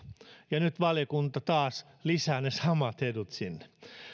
ja nyt valiokunta taas lisää ne samat edut sinne